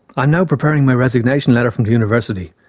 i'm now preparing my resignation letter from the university,